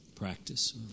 practice